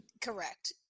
Correct